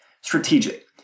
strategic